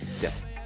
Yes